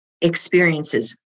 experiences